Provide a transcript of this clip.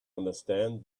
understand